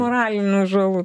moralinių žalų